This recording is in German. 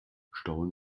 stauen